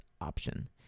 option